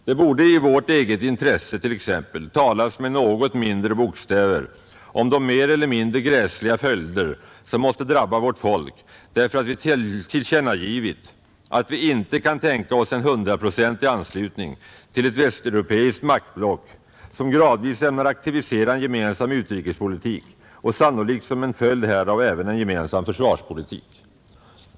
Det borde i vårt eget intresse t.ex. talas med något mindre bokstäver om de mer eller mindre gräsliga följder som måste drabba vårt folk därför att vi tillkännagivit att vi inte kan tänka oss en 100-procentig anslutning till ett västeuropeiskt maktblock, som gradvis ämnar aktivisera en gemensam utrikespolitik och sannolikt som en följd härav även en gemensam försvarspolitik.